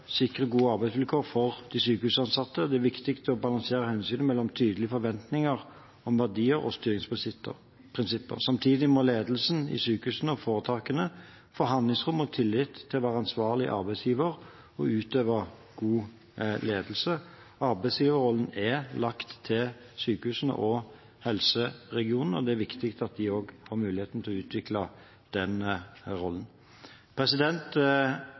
sikre gode arbeidsvilkår for de sykehusansatte. Det er viktig å balansere hensynet mellom tydelige forventninger, om verdier og styringsprinsipper. Samtidig må ledelsen i sykehusene og foretakene få handlingsrom og tillit til å være ansvarlig arbeidsgiver og utøve god ledelse. Arbeidsgiverrollen er lagt til sykehusene og helseregionene, og det er viktig at de også har muligheten til å utvikle den rollen.